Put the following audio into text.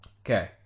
Okay